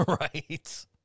Right